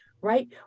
right